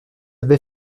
avait